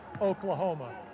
Oklahoma